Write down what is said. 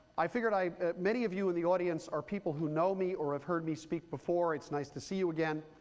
i figured many of you in the audience are people who know me or have heard me speak before. it's nice to see you again.